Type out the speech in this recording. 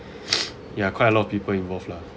ya quite a lot of people involved lah